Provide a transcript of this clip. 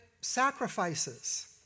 sacrifices